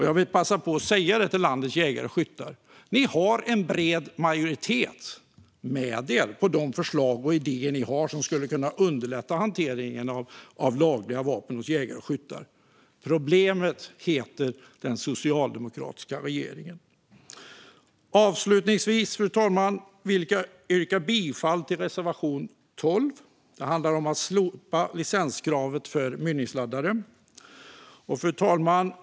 Jag vill passa på att säga detta till landets jägare och skyttar: Ni har en bred majoritet med er för de förslag och idéer ni har som skulle kunna underlätta hanteringen av lagliga vapen hos jägare och skyttar. Problemet heter den socialdemokratiska regeringen. Avslutningsvis, fru talman, vill jag yrka bifall till reservation 12, som handlar om att slopa licenskravet för mynningsladdare.